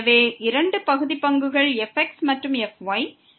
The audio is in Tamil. எனவே இரண்டு பகுதி பங்குகள் fx மற்றும் fy